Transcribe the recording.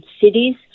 cities